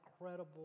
incredible